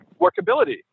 workability